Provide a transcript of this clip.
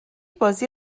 بازی